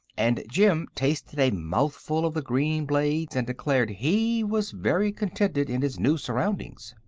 and jim tasted a mouthful of the green blades and declared he was very contented in his new surroundings.